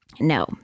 No